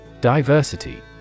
Diversity